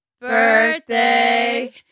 Birthday